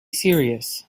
serious